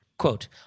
Quote